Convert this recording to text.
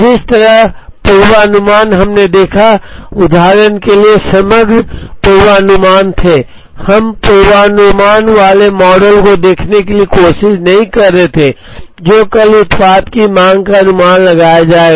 जिस तरह का पूर्वानुमान हमने देखा उदाहरण के लिए समग्र पूर्वानुमान थे हम पूर्वानुमान वाले मॉडल को देखने की कोशिश नहीं कर रहे थे जो कल उत्पाद की मांग का अनुमान लगाएगा